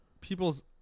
people's